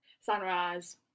Sunrise